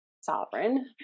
sovereign